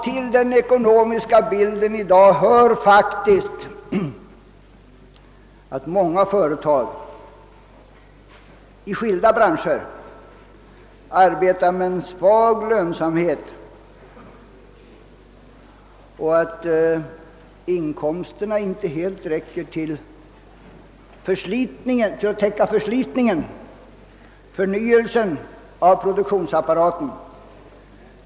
Till den ekonomiska bilden i dag hör faktiskt att många företag i skilda branscher arbetar med dålig lönsamhet och att inkomsterna inte helt räcker till för att täcka kostnaderna för förslitningen och förnyelsen av produktionsapparaten.